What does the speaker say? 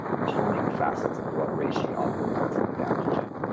calming facets of what reishi offers as an an adaptogen.